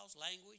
language